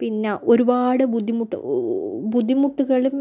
പിന്നെ ഒരുപാട് ബുദ്ധിമുട്ട് ബുദ്ധിമുട്ടുകളും